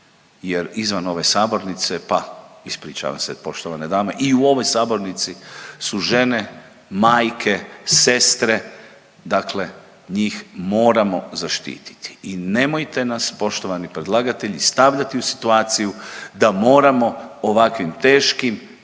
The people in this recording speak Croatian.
jer izvan ove sabornice, pa ispričavam se poštovane dame, i u ovoj sabornici su žene, majke, sestre, dakle njih moramo zaštititi i nemojte nas poštovani predlagatelji stavljati u situaciju da moramo ovakvim teškim